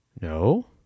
No